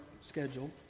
schedule